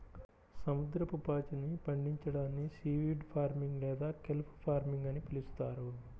సముద్రపు పాచిని పండించడాన్ని సీవీడ్ ఫార్మింగ్ లేదా కెల్ప్ ఫార్మింగ్ అని పిలుస్తారు